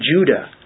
Judah